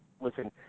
listen